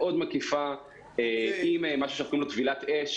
מקיפה מאוד עם מה שאנחנו קוראים לו טבילת אש,